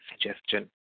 suggestion